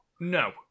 No